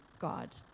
God